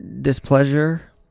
displeasure